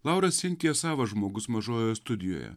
laura sintija savas žmogus mažojoje studijoje